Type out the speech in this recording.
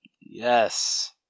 Yes